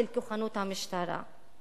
של כוחנות המשטרה.